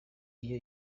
iyo